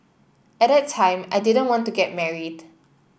at that time I didn't want to get married